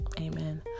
amen